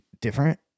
different